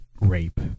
rape